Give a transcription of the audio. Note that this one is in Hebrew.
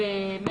1 במרס?